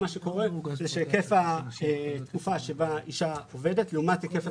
מה שקורה זה שהיקף התקופה בה אישה עובדת לעומת היקף